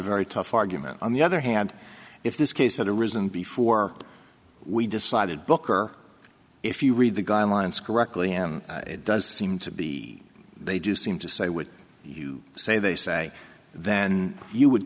very tough argument on the other hand if this case had arisen before we decided booker if you read the guidelines correctly and it does seem to be they do seem to say what you say they say then you would